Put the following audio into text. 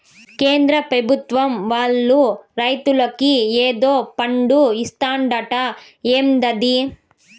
కేంద్ర పెభుత్వం వాళ్ళు రైతులకి ఏదో ఫండు ఇత్తందట ఏందది